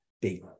big